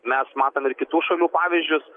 mes matome ir kitų šalių pavyzdžius